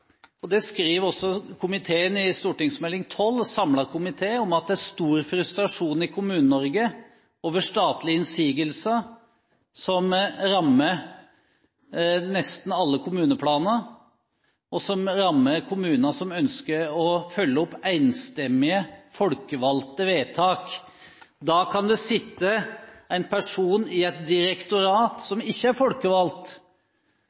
og det skriver en samlet komité om i forbindelse med Meld. St. nr. 12 – er at det er stor frustrasjon i Kommune-Norge over statlige innsigelser som rammer nesten alle kommuneplaner, og som rammer kommuner som ønsker å følge opp folkevalgtes enstemmige vedtak. Da kan det sitte en person i et direktorat,